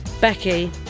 Becky